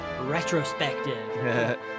retrospective